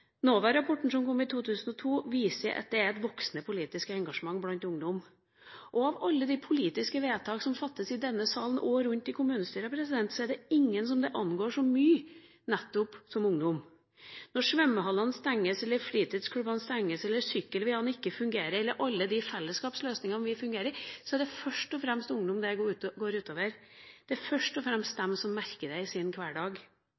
2002, viser at det er et voksende politisk engasjement blant ungdom. Av alle de politiske vedtak som fattes i denne salen og rundt om i kommunestyrene, er det ingen som det angår så mye som nettopp ungdom. Når svømmehallene og fritidsklubbene stenges, når sykkelveiene ikke fungerer, eller når alle de fellesskapsløsningene vi har, ikke fungerer, er det først og fremst ungdom dette går ut over. Det er først og fremst de som merker det i sin hverdag.